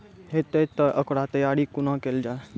हेतै तअ ओकर तैयारी कुना केल जाय?